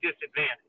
disadvantage